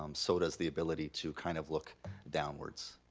um so does the ability to kind of look downwards.